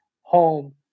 home